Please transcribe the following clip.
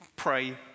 pray